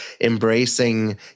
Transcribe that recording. embracing